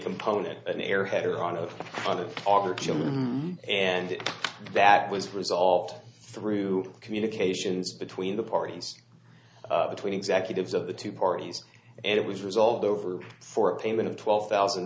component an airhead or on a kind of argument and that was resolved through communications between the parties between executives of the two parties and it was resolved over for a payment of twelve thousand